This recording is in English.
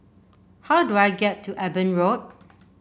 how do I get to Eben Road